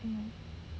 mm